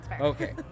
Okay